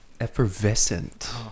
effervescent